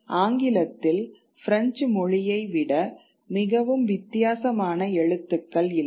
ஆங்கிலத்தில் பிரெஞ்சு மொழியை விட மிகவும் வித்தியாசமான எழுத்துக்கள் இல்லை